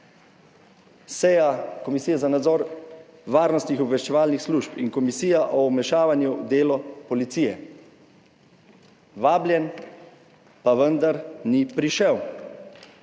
Seja Komisije za nadzor varnostnih in obveščevalnih služb in Komisija o vmešavanju v delo policije. Vabljen, pa vendar ni prišel.